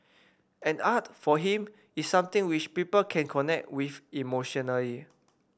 and art for him is something which people can connect with emotionally